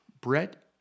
Brett